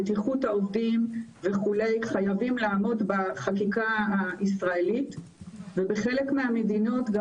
בטיחות העובדים וכולי חייבים לעמוד בחקיקה הישראלית ובחלק מהמדינות גם